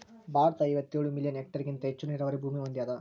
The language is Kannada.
ಭಾರತ ಐವತ್ತೇಳು ಮಿಲಿಯನ್ ಹೆಕ್ಟೇರ್ಹೆಗಿಂತ ಹೆಚ್ಚು ನೀರಾವರಿ ಭೂಮಿ ಹೊಂದ್ಯಾದ